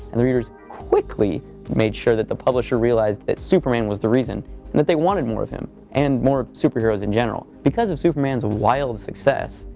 and the readers quickly made sure that the publisher realized that superman was the reason, and that they wanted more of him, and more superheroes in general. because of superman's wild success,